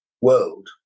world